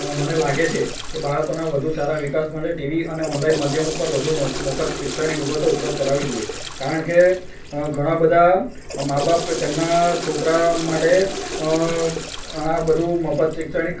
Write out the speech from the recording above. મને લાગે છે કે બાળકોનાં વધુ સારા વિકલ્પ માટે ટીવી અને ઓનલાઇન માધ્યમ ઉપર વધું મફત શૈક્ષણિક વિગતો ઉપલબ્ધ કરાવવી જોઈએ કારણ કે ઘણાં બધાં મા બાપ તેમનાં છોકરા માટે આ બધું મફત શૈક્ષણિક